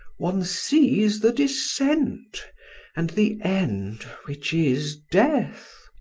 one sees the descent and the end which is death.